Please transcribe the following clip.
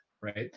Right